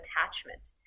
attachment